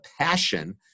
passion